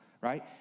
Right